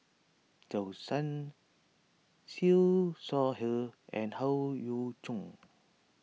Zhou Can Siew Shaw Her and Howe Yoon Chong